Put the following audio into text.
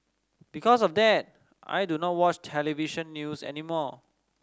because of that I do not watch television news anymore